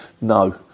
No